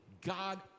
God